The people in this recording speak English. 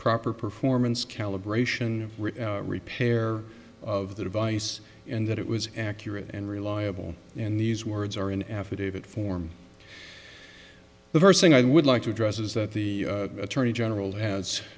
proper performance calibration repair of the device in that it was accurate and reliable in these words are an affidavit form the first thing i would like to address is that the attorney general has